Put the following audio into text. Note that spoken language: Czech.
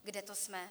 Kde to jsme?